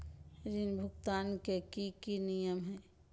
ऋण भुगतान के की की नियम है?